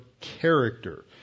character